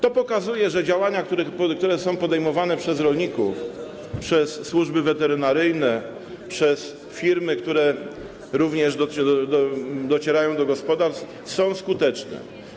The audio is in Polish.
To pokazuje, że działania, które są podejmowane przez rolników, przez służby weterynaryjne, przez firmy, które również docierają do gospodarstw, są skuteczne.